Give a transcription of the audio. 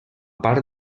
part